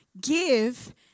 Give